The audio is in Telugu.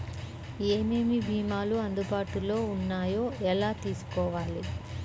ఏమేమి భీమాలు అందుబాటులో వున్నాయో ఎలా తెలుసుకోవాలి?